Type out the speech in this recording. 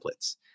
templates